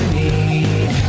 need